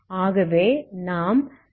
ஆகவே நாம் வழிகளை கன்சிடர் பண்ணவேண்டும்